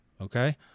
Okay